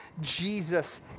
Jesus